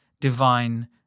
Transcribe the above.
divine